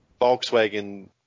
Volkswagen